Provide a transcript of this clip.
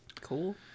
Cool